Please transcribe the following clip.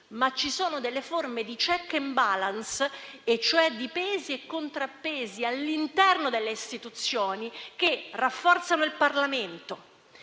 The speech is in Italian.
ma ci sono delle forme di *check and balance* e cioè di pesi e contrappesi all'interno delle istituzioni che rafforzano il Parlamento,